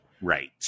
Right